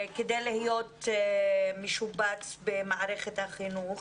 כדי להיות משובץ במערכת החינוך,